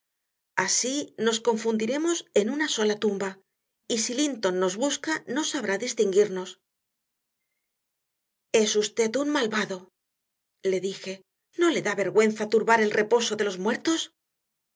así nos confundiremos en una sola tumba y si linton nos busca no sabrá distinguirnos es usted un malvado le dije no le da vergüenza turbar el reposo de los muertos